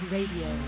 Radio